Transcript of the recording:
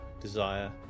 desire